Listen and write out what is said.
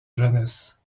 jeunesse